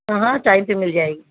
ہاں ہاں ٹائم پہ مل جائے گی